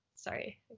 sorry